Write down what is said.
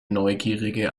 neugierige